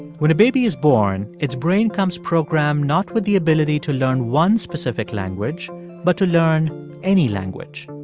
when a baby is born, its brain comes programmed not with the ability to learn one specific language but to learn any language.